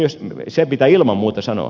se pitää ilman muuta sanoa